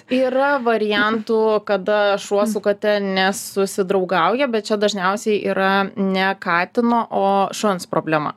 yra variantų kada šuo su kate nesusidraugauja bet čia dažniausiai yra ne katino o šuns problema